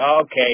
okay